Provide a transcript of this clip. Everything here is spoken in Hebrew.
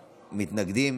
מתנגדים,